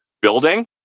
building